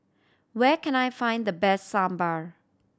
where can I find the best Sambar